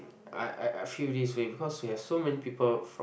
I I I feel this way because we have so many people from